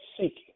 Seeking